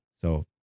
So-